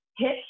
hit